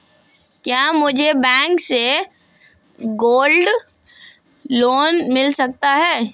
क्या मुझे बैंक से गोल्ड लोंन मिल सकता है?